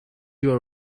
your